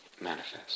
manifest